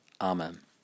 Amen